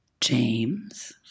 James